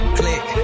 click